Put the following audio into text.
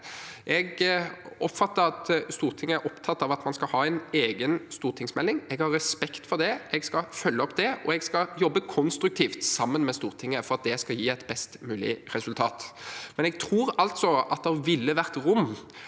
Jeg oppfatter at Stortinget er opptatt av at man skal ha en egen stortingsmelding. Jeg har respekt for det, jeg skal følge opp det, og jeg skal jobbe konstruktivt sammen med Stortinget for at det skal gi et best mulig resultat. Samtidig tror jeg at det allerede